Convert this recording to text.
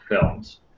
films